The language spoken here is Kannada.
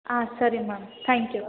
ಹಾಂ ಸರಿ ಮ್ಯಾಮ್ ಥ್ಯಾಂಕ್ ಯು